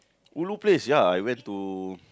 ulu place ya I went to